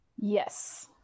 Yes